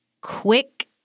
quick